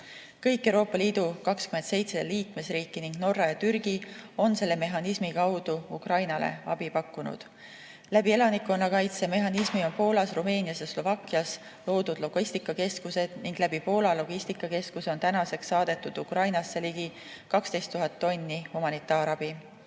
Kõik 27 Euroopa Liidu liikmesriiki ning Norra ja Türgi on selle mehhanismi kaudu Ukrainale abi pakkunud. Elanikkonnakaitse mehhanismi kaudu on Poolas, Rumeenias ja Slovakkias loodud logistikakeskused ning läbi Poola logistikakeskuse on Ukrainasse saadetud ligi 12 000 tonni humanitaarabi.